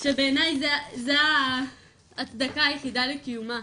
שבעיניי זה ההצדקה היחידה לקיומה.